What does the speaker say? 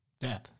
Death